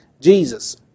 Jesus